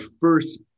first